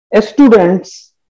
students